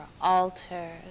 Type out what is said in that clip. altars